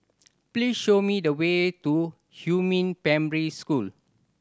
please show me the way to Huamin Primary School